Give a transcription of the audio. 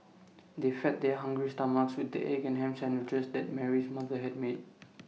they fed their hungry stomachs with the egg and Ham Sandwiches that Mary's mother had made